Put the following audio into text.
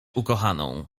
ukochaną